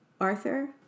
Arthur